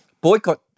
Boycott